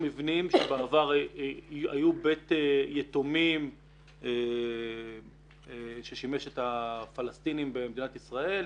מבנים שבעבר היו בית יתומים ששימש את הפלשתינים במדינת ישראל.